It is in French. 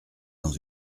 dans